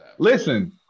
Listen